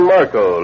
Marco